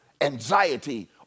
anxiety